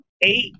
eight